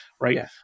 right